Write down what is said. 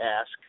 ask